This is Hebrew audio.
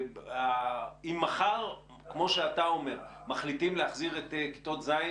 אם מחר כמו שאתה אומר מחליטים להחזיר את כיתות ז',